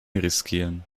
riskieren